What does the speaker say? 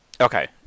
Okay